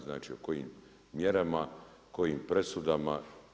Znači o kojim mjerama, kojim presudama.